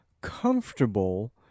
comfortable